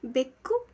ಬೆಕ್ಕು